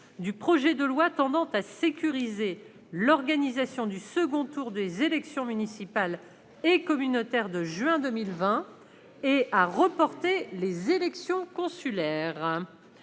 du projet de loi tendant à sécuriser l'organisation du second tour des élections municipales et communautaires de juin 2020 et à reporter les élections consulaires